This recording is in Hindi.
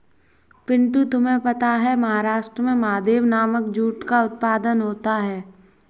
पिंटू तुम्हें पता है महाराष्ट्र में महादेव नामक जूट का उत्पादन होता है